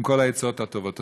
עם כל העצות הטובות.